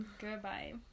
Goodbye